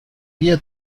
guía